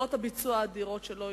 את יכולות הביצוע האדירות שלו.